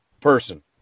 person